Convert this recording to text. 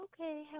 Okay